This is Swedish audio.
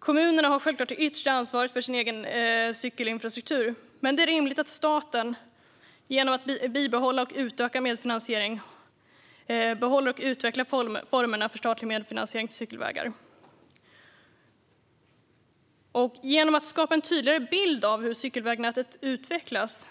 Kommunerna har självklart det yttersta ansvaret för sin egen cykelinfrastruktur, men det är rimligt att staten genom att bibehålla och utöka medfinansieringen behåller och utvecklar formerna för statlig medfinansiering till cykelvägar. Genom att skapa en tydligare bild av hur cykelvägnätet utvecklas